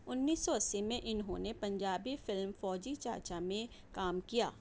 انیس سو اسی میں انہوں نے پنجابی فلم فوجی چاچا میں کام کیا